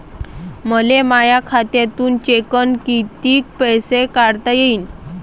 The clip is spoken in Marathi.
मले माया खात्यातून चेकनं कितीक पैसे काढता येईन?